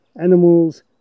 animals